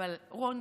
אבל רוני,